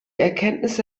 erkenntnisse